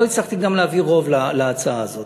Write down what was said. לא הצלחתי גם להעביר רוב להצעה הזאת,